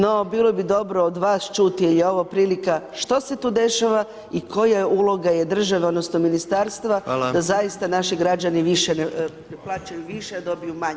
No bilo bi dobro od vas čuti jer je ovo prilika što se tu dešava i koja uloga je države, odnosno ministarstva da zaista naši građani više ne, plaćaju više a dobiju manje.